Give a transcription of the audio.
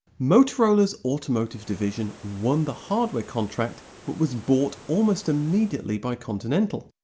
motorola's automotive division won the hardware contract but was bought almost immediately by continental.